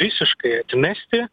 visiškai atmesti